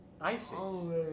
ISIS